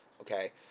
Okay